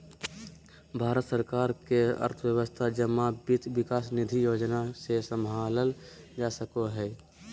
भारत सरकार के अर्थव्यवस्था जमा वित्त विकास निधि योजना से सम्भालल जा सको हय